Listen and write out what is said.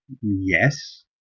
Yes